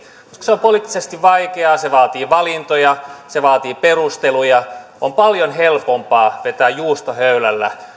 se on poliittisesti vaikeaa se vaatii valintoja se vaatii perusteluja on paljon helpompaa vetää juustohöylällä